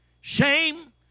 shame